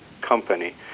company